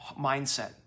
mindset